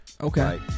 Okay